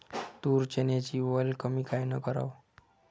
तूर, चन्याची वल कमी कायनं कराव?